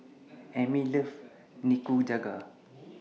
Emil loves Nikujaga